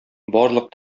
барлык